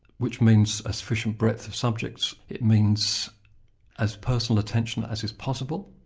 which means a sufficient breadth of subjects. it means as personal attention as is possible,